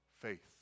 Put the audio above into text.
faith